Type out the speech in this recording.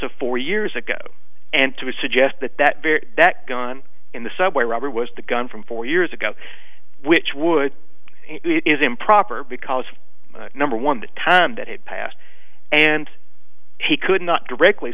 of four years ago and to suggest that that that gun in the subway robbery was the gun from four years ago which would is improper because number one the time that had passed and he could not directly